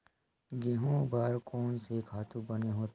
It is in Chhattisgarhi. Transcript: गेहूं बर कोन से खातु बने होथे?